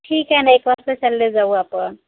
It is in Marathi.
ठीक आहे न एक वाजता चालले जाऊ आपण